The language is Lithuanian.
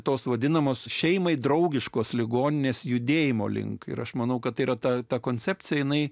tos vadinamos šeimai draugiškos ligoninės judėjimo link ir aš manau kad tai yra ta ta koncepcija jinai